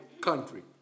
country